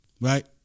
right